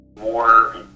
more